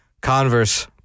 Converse